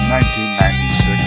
1996